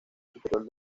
superior